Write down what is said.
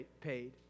paid